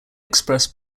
express